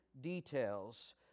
details